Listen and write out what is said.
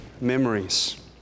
memories